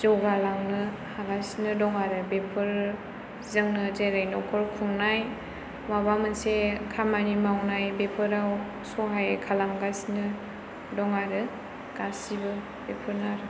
जौगालांनो हागासिनो दं आरो बेफोर जोंनो जेरै नखर खुंनाय माबा मोनसे खामानि मावनाय बेफोराव सहाय खालामगासिनो दं आरो गासिबो बेफोरनो आरो